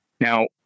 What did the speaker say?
now